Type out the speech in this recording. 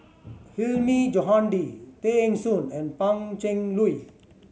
Hilmi Johandi Tay Eng Soon and Pan Cheng Lui